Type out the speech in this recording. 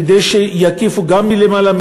כדי שיקיפו גם מלמעלה,